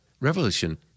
Revolution